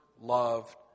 loved